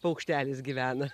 paukštelis gyvena